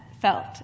felt